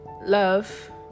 Love